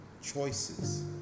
Choices